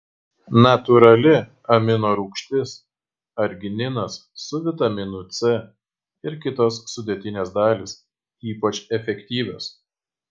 natūrali amino rūgštis argininas su vitaminu c ir kitos sudėtinės dalys ypač efektyvios